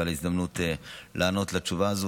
ועל ההזדמנות לענות על השאלה הזאת.